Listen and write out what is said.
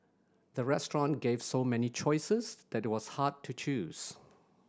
the restaurant gave so many choices that it was hard to choose